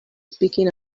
speaking